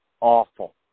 awful